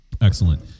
Excellent